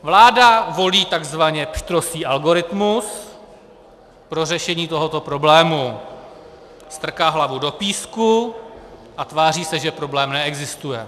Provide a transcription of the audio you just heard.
Vláda volí takzvaně pštrosí algoritmus pro řešení tohoto problému strká hlavu do písku a tváří se, že problém neexistuje.